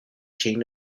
chain